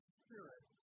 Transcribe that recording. spirit